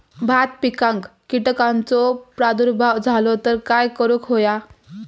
भात पिकांक कीटकांचो प्रादुर्भाव झालो तर काय करूक होया?